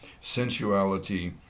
sensuality